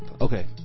Okay